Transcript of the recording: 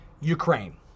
Ukraine